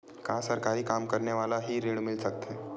का सरकारी काम करने वाले ल हि ऋण मिल सकथे?